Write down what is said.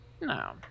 No